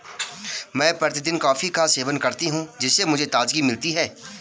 मैं प्रतिदिन कॉफी का सेवन करती हूं जिससे मुझे ताजगी मिलती है